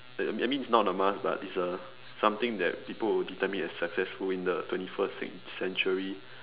uh I mean is not a must but is a something that people will determine as successful in the twenty first century